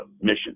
mission